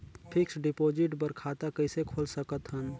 Fixed deposit बर खाता कइसे खोल सकत हन?